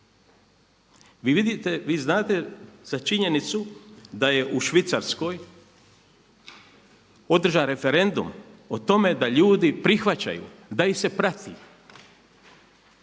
Vi vidite, vi znate za činjenicu da je u Švicarskoj održan referendum o tome da ljudi prihvaćaju, da ih se prati,